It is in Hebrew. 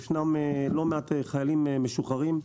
ישנם לא מעט חיילים משוחררים,